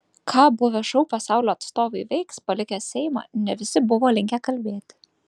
ką buvę šou pasaulio atstovai veiks palikę seimą ne visi buvo linkę kalbėti